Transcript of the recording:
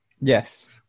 Yes